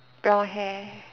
brown hair